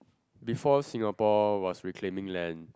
before Singapore was reclaiming land